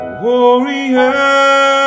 warrior